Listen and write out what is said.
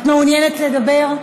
את מעוניינת לדבר?